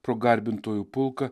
pro garbintojų pulką